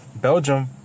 belgium